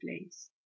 place